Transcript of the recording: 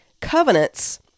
covenants